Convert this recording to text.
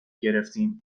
گرفتیم